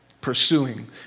pursuing